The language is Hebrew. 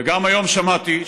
וגם היום שמעתי,